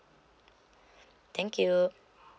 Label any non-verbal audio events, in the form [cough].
[breath] thank you